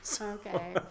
Okay